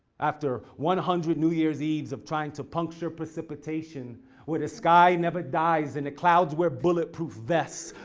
after one hundred new years eves of trying to puncture precipitation where the sky never dies and the clouds wear bulletproof vests,